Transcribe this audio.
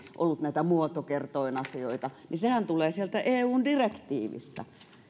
ollut näitä muotokerroinasioita niin sehän tulee sieltä eun direktiivistä